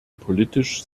politisch